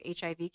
HIV